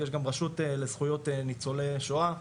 יש גם רשות לזכויות ניצולי שואה,